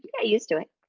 you get used to it.